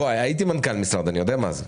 הייתי מנכ"ל משרד ואני יודע מה זה.